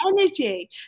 energy